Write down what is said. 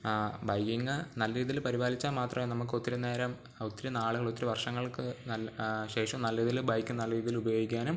biking നല്ല രീതിയിൽ പരിപാലിച്ചാൽ മാത്രമേ നമുക്കൊത്തിരി നേരം ഒത്തിരി നാളുകൾ ഒത്തിരി വർഷങ്ങൾക്ക് ശേഷം നല്ല ഇതിൽ ബൈക്ക് നല്ല രീതിയിൽ ഉപയോഗിക്കാനും